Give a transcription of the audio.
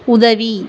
உதவி